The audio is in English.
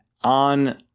on